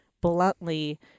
bluntly